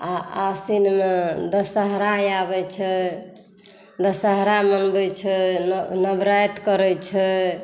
आ आसिन मे दशहरा आबै छै दशहरा मनबै छै नवराति करै छै